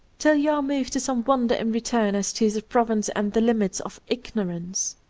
till you are moved to some wonder in return as to the province and the limits of ignorance.